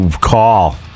call